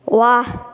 वाह